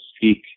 speak